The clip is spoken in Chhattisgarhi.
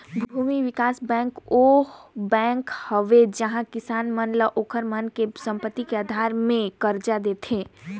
भूमि बिकास बेंक ओ बेंक हवे जिहां किसान मन ल ओखर मन के संपति के आधार मे करजा देथे